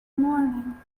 morning